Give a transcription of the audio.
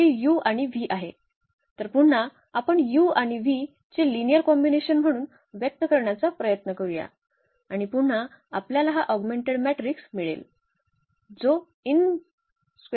तर पुन्हा आपण u आणि v चे लिनिअर कॉम्बिनेशन म्हणून व्यक्त करण्याचा प्रयत्न करूया आणि पुन्हा आपल्याला हा ऑगमेंटेड मॅट्रिक्स मिळेल जो आहे